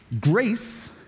Grace